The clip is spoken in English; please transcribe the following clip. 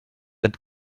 and